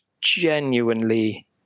genuinely